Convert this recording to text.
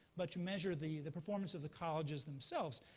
but to measure the the performance of the colleges themselves.